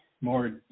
more